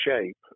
shape